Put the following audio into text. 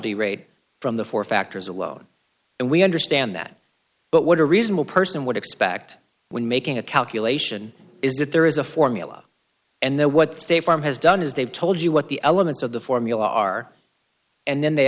immortality rate from the four factors alone and we understand that but what a reasonable person would expect when making a calculation is that there is a formula and there what the state farm has done is they've told you what the elements of the formula are and then they